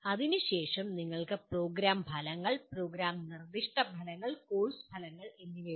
അതിനുശേഷം നിങ്ങൾക്ക് പ്രോഗ്രാം ഫലങ്ങൾ പ്രോഗ്രാം നിർദ്ദിഷ്ട ഫലങ്ങൾ കോഴ്സ് ഫലങ്ങൾ എന്നിവയുണ്ട്